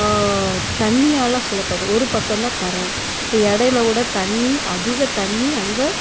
தண்ணியால் சூழப்பட்டு ஒரு பக்கம் தான் கரை இடையில கூட தண்ணி அதிக தண்ணி அங்கே